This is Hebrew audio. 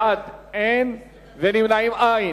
אין בעד ונמנעים אין.